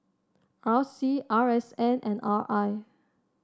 R C R S N and R I